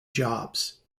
jobs